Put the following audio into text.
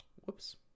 Whoops